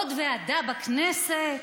עוד ועדה בכנסת?